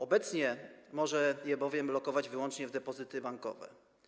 Obecnie może je bowiem lokować wyłącznie w depozyty bankowe.